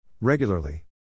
Regularly